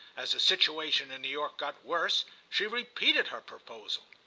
as the situation in new york got worse she repeated her proposal.